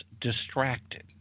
distracted